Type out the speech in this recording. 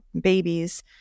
babies